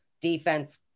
defense